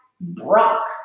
Brock